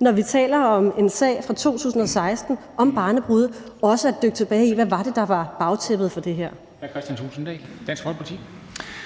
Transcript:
når vi taler om en sag fra 2016 om barnebrude, også til at dykke tilbage i, hvad det var, der var bagtæppet for det her. Kl. 15:38 Formanden (Henrik